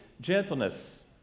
gentleness